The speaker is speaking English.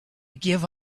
give